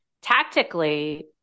tactically